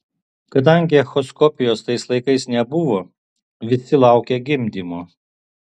kadangi echoskopijos tais laikais nebuvo visi laukė gimdymo